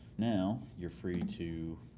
now, you're free to